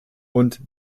und